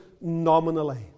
nominally